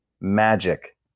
magic